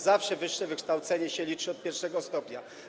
Zawsze wyższe wykształcenie się liczy od I stopnia.